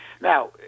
Now